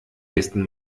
nächsen